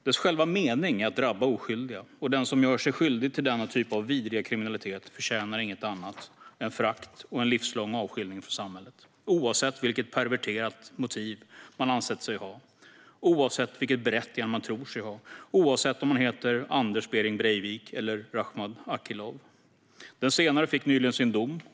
Dess själva mening är att drabba oskyldiga. Den som gör sig skyldig till denna typ av vidriga kriminalitet förtjänar inget annat än förakt och en livslång avskiljning från samhället, oavsett vilket perverterat motiv man ansett sig ha, oavsett vilket berättigande man tror sig ha och oavsett om man heter Anders Behring Breivik eller Rakhmat Akilov. Den senare fick nyligen sin dom.